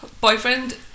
boyfriend